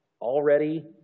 Already